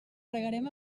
regarem